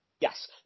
Yes